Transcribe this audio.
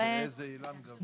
איזה אילן גבוה.